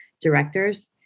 directors